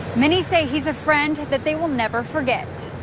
many say he's a friend that they will never forget.